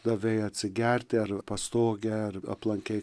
davei atsigerti ar pastogę ar aplankei